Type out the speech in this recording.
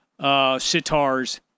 sitars